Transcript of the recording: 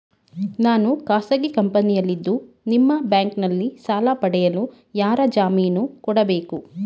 ನಾನು ಖಾಸಗಿ ಕಂಪನಿಯಲ್ಲಿದ್ದು ನಿಮ್ಮ ಬ್ಯಾಂಕಿನಲ್ಲಿ ಸಾಲ ಪಡೆಯಲು ಯಾರ ಜಾಮೀನು ಕೊಡಬೇಕು?